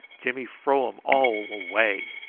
jimmy fro um all away!